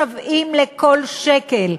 משוועים לכל שקל,